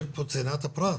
יש פה את צנעת הפרט,